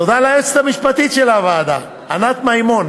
תודה ליועצת המשפטית של הוועדה ענת מימון,